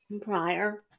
prior